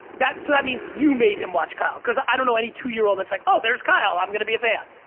that means you made him watch kyle. cause i don't know any two year old that's like, oh there's kyle i'm gonna be a fan.